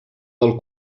del